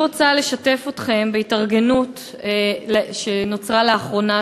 אני רוצה לשתף אתכם בהתארגנות שנוצרה לאחרונה,